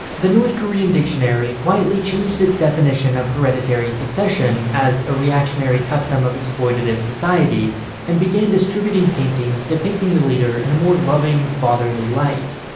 the north korean dictionary quietly changed its definition of hereditary succession as a reactionary custom of exploitative societies and began distributing paintings depicting the leader in a more loving, fatherly light.